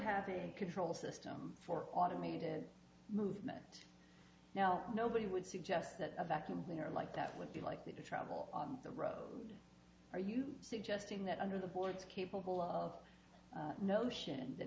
the control system for automated movement now nobody would suggest that a vacuum cleaner like that would be likely to travel on the road are you suggesting that under the boards capable of notion